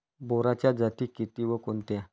बोराच्या जाती किती व कोणत्या?